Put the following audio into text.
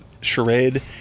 Charade